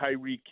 Tyreek